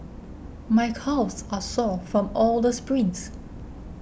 my calves are sore from all the sprints